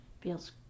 feels